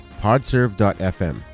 Podserve.fm